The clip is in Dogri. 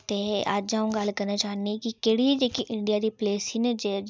ते अज्ज अ'ऊं गल्ल करना चाहन्नी आं कि केह्ड़ियां जेह्कियां इंडिया दी प्लेसस